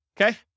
okay